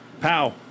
Pow